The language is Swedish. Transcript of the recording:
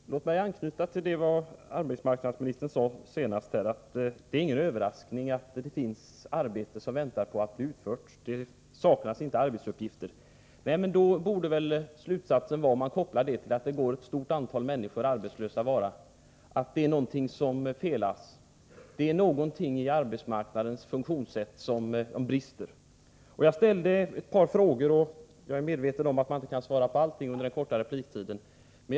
Herr talman! Låt mig anknyta till vad arbetsmarknadsministern sade sist i anförandet. Det är ingen överraskning att det finns arbete som väntar på att bli utfört. Det saknas inte arbetsuppgifter, sade arbetsmarknadsministern. Om man kopplar det konstaterandet till det faktum att det går ett stort antal människor arbetslösa borde slutsatsen vara att det är någonting som felas. Det är någonting i arbetsmarknadens funktionssätt som brister. Jag ställde ett par frågor. Jag är medveten om att arbetsmarknadsministern inte kan svara på alla under den korta repliktiden, varför jag vill upprepa dem.